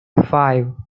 five